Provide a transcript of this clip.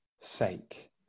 sake